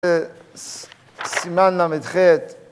‫זה סימן ל"ח